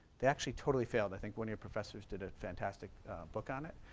they actually totally failed. i think one of your professors did a fantastic book on it